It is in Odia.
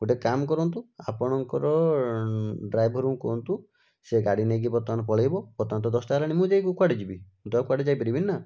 ଗୋଟେ କାମ କରନ୍ତୁ ଆପଣଙ୍କ ଡ୍ରାଇଭର୍ଙ୍କୁ କୁହନ୍ତୁ ସେ ଗାଡ଼ି ନେଇକି ବର୍ତ୍ତମାନ ପଳେଇବ ବର୍ତ୍ତମାନ ତ ଦଶଟା ହେଲାଣି ମୁଁ ଯାଇକି କୁଆଡ଼େ ଯିବି ମୁଁ ତ ଆଉ କୁଆଡ଼େ ଯାଇପାରିବିନି ନା